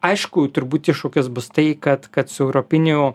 aišku turbūt iššūkis bus tai kad kad su europiniu